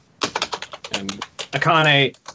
Akane